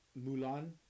Mulan